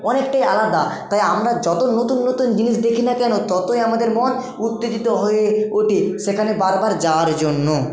অনেকটাই আলাদা তাই আমরা যত নতুন নতুন জিনিস দেখি না কেন ততই আমাদের মন উত্তেজিত হয়ে ওঠে সেখানে বারবার যাওয়ার জন্য